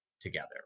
together